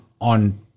on